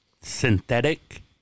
synthetic